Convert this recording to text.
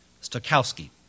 Stokowski